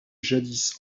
jadis